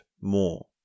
more